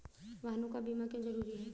वाहनों का बीमा क्यो जरूरी है?